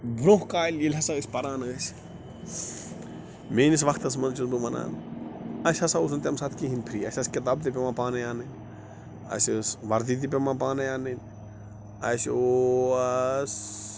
برٛونٛہہ کالہِ ییٚلہِ ہسا أسۍ پران ٲسۍ میٛٲنِس وقتَس منٛز چھُس بہٕ وَنان اَسہِ ہسا اوس نہٕ تَمہِ ساتہٕ کِہیٖنۍ فِرٛی اَسہِ آسہٕ کِتابہٕ تہِ پٮ۪وان پانَے اَنٕنۍ اَسہِ ٲس وَردی تہِ پٮ۪وان پانَے اَنٕنۍ اَسہِ اوس